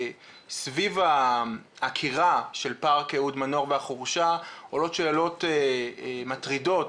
סביב העקירה של פארק אהוד מנור והחורשה עולות שאלות מטרידות